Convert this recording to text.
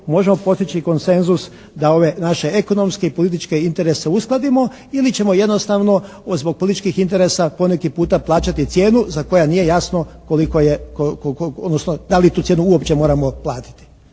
možemo postići konsenzus da ove naše ekonomske i političke interese uskladimo ili ćemo jednostavno zbog političkih interesa poneki puta plaćati cijenu za koja nije jasno koliko je, odnosno da li tu cijenu uopće moramo platiti.